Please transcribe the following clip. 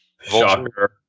Shocker